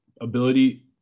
ability